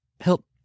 help